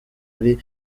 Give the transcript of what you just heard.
ari